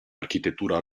architettura